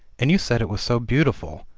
and you said it was so beautiful,